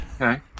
Okay